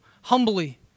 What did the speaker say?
humbly